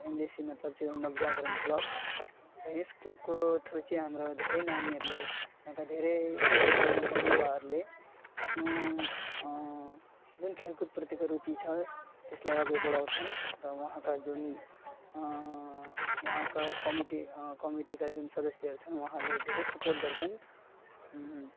अन्त एनजेसी मतलब चाहिँ हो नवजागरण क्लब र यस क्लबको थ्रू चाहिँ हाम्रो धेरै नानीहरूले यहाँको धेरै युवाहरूले आफ्नो जुन खेलकुदप्रतिको रुचि छ त्यसलाई अघि बढाउँछन् र उहाँका जुन उहाँका कमिटी कमिटीका जुन सदस्य छन् उहाँले धेरै सपोर्ट गर्छन्